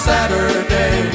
Saturday